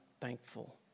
thankful